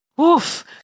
Oof